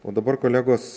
o dabar kolegos